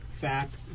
fact